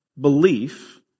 belief